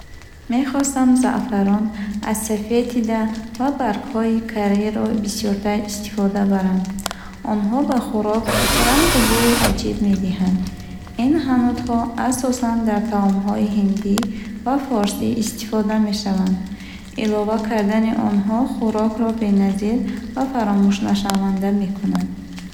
Мехостам заъфарон, асафетида ва баргҳои карриро бисёртар истифода барам. Онҳо ба хӯрок рангу бӯи аҷиб медиҳанд. Ин ҳанутҳо асосан дар таомҳои ҳиндӣ ва форсӣ истифода мешаванд. Илова кардани онҳо хӯрокро беназир ва фаромӯшнашаванда мекунад.